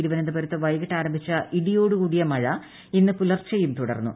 തിരുവനന്തപുരത്ത് വൈകിട്ട് ആരംഭിച്ച ഇടിയോടു കൂടിയ മഴ ഇന്ന് പുലർച്ചെയും തുടർന്നു